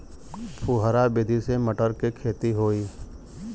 फुहरा विधि से मटर के खेती होई